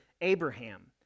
Abraham